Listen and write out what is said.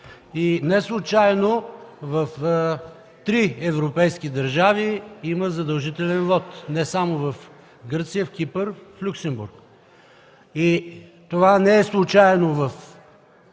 Неслучайно в три европейски държави има задължителен вот – не само в Гърция, а в Кипър и в Люксембург. Това не е случайно в Гърция,